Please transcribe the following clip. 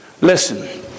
Listen